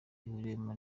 gihuriweho